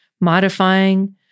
Modifying